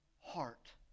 heart